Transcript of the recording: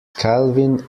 calvin